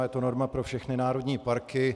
A je to norma pro všechny národní parky.